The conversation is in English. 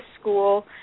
school